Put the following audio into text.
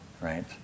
right